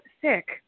sick